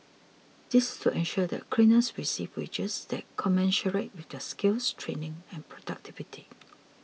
this is to ensure that cleaners receive wages that commensurate with their skills training and productivity